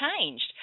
changed